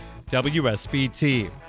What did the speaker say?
WSBT